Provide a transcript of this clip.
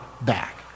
back